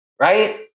right